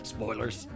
Spoilers